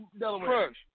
crush